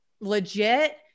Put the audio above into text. legit